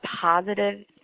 positive